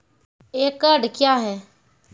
एकड कया हैं?